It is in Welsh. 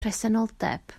presenoldeb